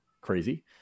crazy